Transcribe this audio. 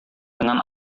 dengan